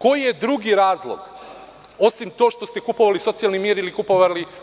Koji je drugi razlog, osim to što ste kupovali socijalni mir, ili